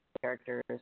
characters